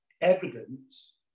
evidence